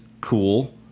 cool